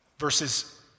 Verses